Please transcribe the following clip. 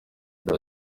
bya